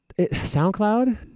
SoundCloud